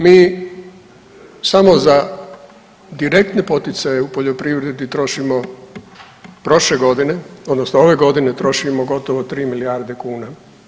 Mi samo za direktne poticaje u poljoprivredi trošimo prošle godine, odnosno ove godine trošimo gotovo tri milijarde kuna.